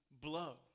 blow